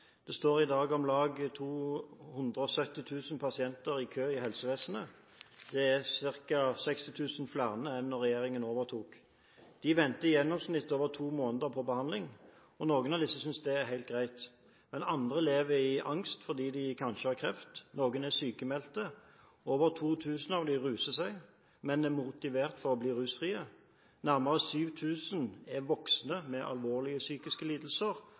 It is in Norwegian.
Det står i dag om lag 270 000 pasienter i kø i helsevesenet. Det er ca. 60 000 flere enn da regjeringen overtok. De venter i gjennomsnitt over to måneder på behandling. Noen av disse synes det er helt greit, men andre lever i angst fordi de kanskje har kreft, noen er sykmeldte, over 2 000 av disse ruser seg, men er motivert for å bli rusfrie, nærmere 7 000 er voksne med alvorlige psykiske lidelser,